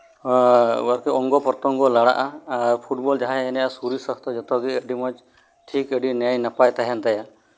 ᱚᱝᱜᱚᱼᱯᱨᱚᱛᱚᱝᱜᱚ ᱞᱟᱲᱟᱜᱼᱟ ᱟᱨ ᱯᱷᱩᱴᱵᱚᱞ ᱡᱟᱦᱟᱸᱭᱮ ᱮᱱᱮᱡᱼᱟ ᱥᱚᱨᱤᱨ ᱥᱟᱥᱛᱷᱚ ᱟᱹᱰᱤ ᱢᱚᱸᱡᱽ ᱴᱷᱤᱠ ᱟᱹᱰᱤ ᱱᱮᱭ ᱱᱟᱯᱟᱭ ᱛᱟᱦᱮᱱ ᱛᱟᱭᱟ